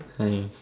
hi